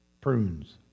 Prunes